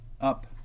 up